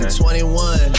21